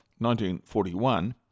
1941